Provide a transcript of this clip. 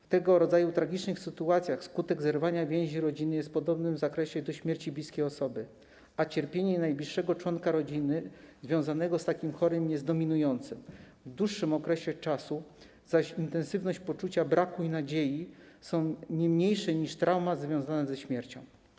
W tego rodzaju tragicznych sytuacjach skutek zerwania więzi rodzinnych jest podobny w zakresie do śmierci bliskiej osoby, a cierpienie najbliższego członka rodziny związanego z takim chorym jest dominujące w dłuższym okresie, zaś intensywność poczucia braku nadziei jest nie mniejsza niż trauma związana ze śmiercią.